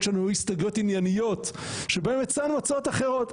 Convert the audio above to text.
שלנו היו הסתייגויות ענייניות שבהן הצענו הצעות אחרות,